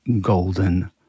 golden